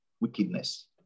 wickedness